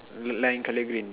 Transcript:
li~ lime colour green